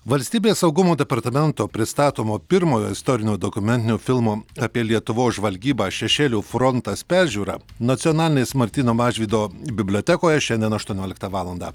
valstybės saugumo departamento pristatomo pirmojo istorinio dokumentinio filmo apie lietuvos žvalgybą šešėlio frontas peržiūrą nacionalinės martyno mažvydo bibliotekoje šiandien aštuonioliktą valandą